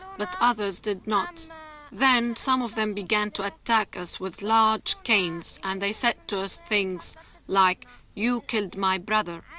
but others did not then some of them began to attack us with large canes, and they said to us things like you killed my brother.